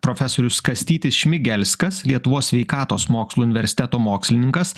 profesorius kastytis šmigelskas lietuvos sveikatos mokslų universiteto mokslininkas